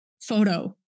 photo